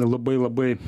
labai labai